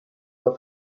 del